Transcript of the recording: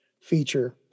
feature